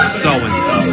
so-and-so